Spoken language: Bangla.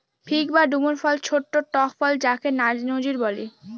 ফিগ বা ডুমুর ফল ছোট্ট টক ফল যাকে নজির বলে